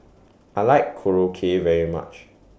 I like Korokke very much